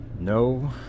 No